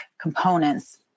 components